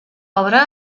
obra